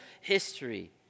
history